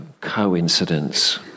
coincidence